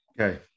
Okay